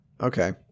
okay